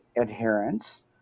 adherence